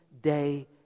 day